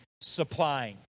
supplying